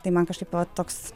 tai man kažkaip va toks